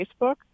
Facebook